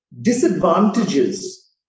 disadvantages